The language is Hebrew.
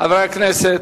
חברי הכנסת,